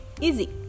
Easy